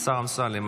השר אמסלם,